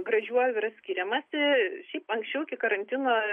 gražiuoju yra skiriamasi kaip anksčiau iki karantino